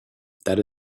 that